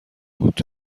بود